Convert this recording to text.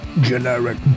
Generic